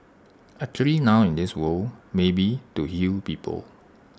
actually now in this world maybe to heal people